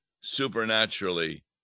supernaturally